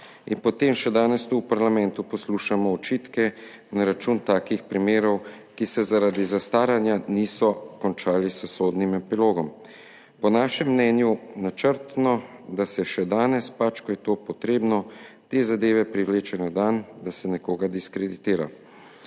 In potem še danes tu v parlamentu poslušamo očitke na račun takih primerov, ki se zaradi zastaranja niso končali s sodnim epilogom. Po našem mnenju načrtno, da se še danes, pač ko je to potrebno, te zadeve privleče na dan, da se nekoga diskreditira.